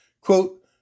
Quote